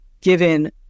given